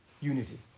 Unity